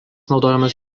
naudojamas